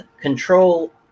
control